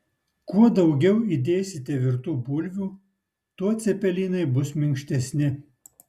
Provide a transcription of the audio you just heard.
kuo daugiau įdėsite virtų bulvių tuo cepelinai bus minkštesni